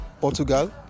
Portugal